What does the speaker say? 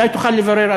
אולי תוכל לברר,